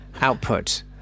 output